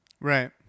Right